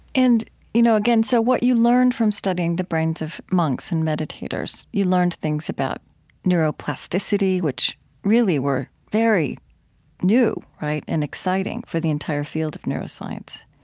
and you know, again, so what you've learned from studying the brains of monks and meditators, you learned things about neuroplasticity, which really were very new, right, and exciting for the entire field of neuroscience.